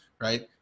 Right